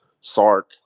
Sark